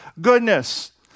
goodness